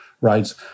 rights